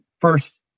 first